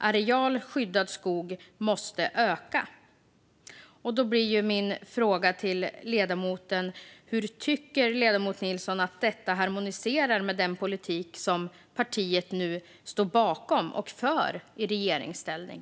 Areal skyddad skog måste öka." Då blir min fråga till ledamoten: Hur tycker ledamot Nilsson att detta harmonierar med den politik som partiet nu står bakom och för i regeringsställning?